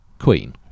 Queen